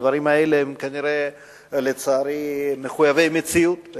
הדברים האלה הם כנראה מחויבי המציאות,